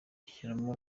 ashyiramo